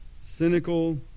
cynical